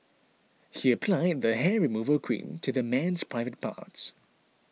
he applied the hair removal cream to the man's private parts